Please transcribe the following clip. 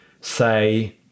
say